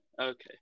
Okay